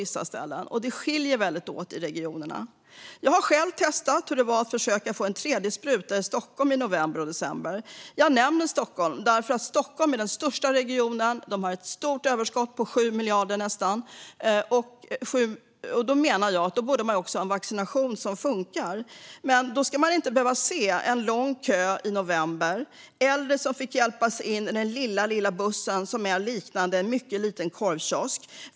Det skiljer sig väldigt åt mellan regionerna. Jag har själv testat hur det var att försöka få en tredje spruta i Stockholm i november och december. Jag nämner Stockholm därför att det är den största regionen. Man har ett stort överskott på nästan 7 miljarder, och då menar jag att man borde ha en vaccination som funkar. Då borde vi inte i november ha behövt se en lång kö med äldre som fick hjälpas in i den lilla bussen som liknade en mycket liten korvkiosk.